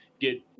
get